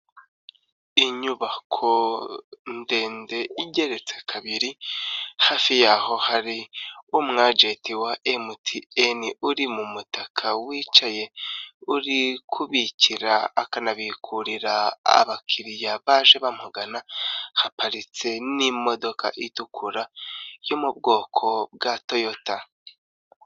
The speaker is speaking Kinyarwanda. Inyubako ndende igeretse kabiri, hafi y'aho hari umwajenti wa MTN uri mu mutaka wicaye, uri kubikira akanabikuririra abakiriya baje bamugana, haparitse n'imodoka itukura yo mu bwoko bwa Toyota.